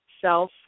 self